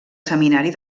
seminari